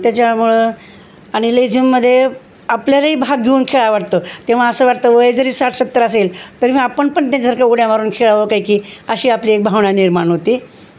त्याच्यामुळं आणि लेझिम मध्ये आपल्यालाही भाग घेऊन खेळाव वाटत तेव्हा असं वाटतं वय जरी साठ सत्तर असेल तरी म आपण पण त्यांच्यासारखं उड्या मारून खेळावं काई की अशी आपली एक भावना निर्माण होती